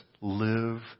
Live